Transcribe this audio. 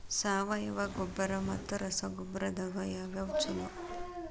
ಸಾವಯವ ಗೊಬ್ಬರ ಮತ್ತ ರಸಗೊಬ್ಬರದಾಗ ಯಾವದು ಛಲೋ?